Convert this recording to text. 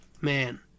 man